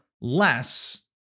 less